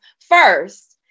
first